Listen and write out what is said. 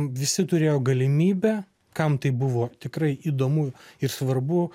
visi turėjo galimybę kam tai buvo tikrai įdomu ir svarbu